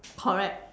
correct